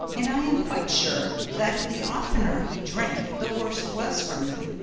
and i am quite sure that the oftener he drank the worse it was for me.